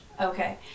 Okay